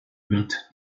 wird